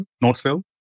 Northville